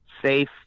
safe